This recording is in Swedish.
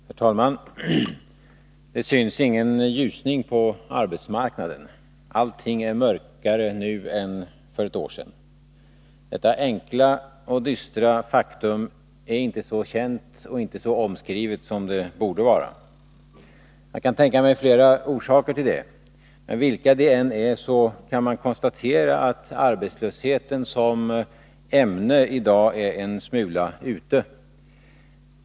Herr talman! Det syns ingen ljusning på arbetsmarknaden, allting är mörkare nu än för ett år sedan. Detta enkla och dystra faktum är inte så känt och inte så omskrivet som det borde vara. Jag kan tänka mig flera orsaker till detta, men vilka orsakerna än är, kan man konstatera att arbetslösheten som ämne dag är en smula ”ute”.